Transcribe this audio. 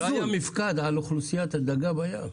לא היה מיפקד של אוכלוסיית הדגה בים.